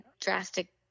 drastic